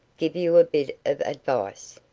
give you a bit of advice?